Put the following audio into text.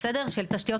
של תשתיות לאומיות.